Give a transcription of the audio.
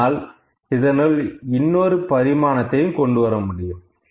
ஆனால் இதனுள் இன்னொரு பரிமாணத்தையும் கொண்டுவரமுடியும்